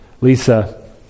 Lisa